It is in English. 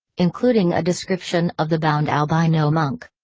including a description of the bound albino monk.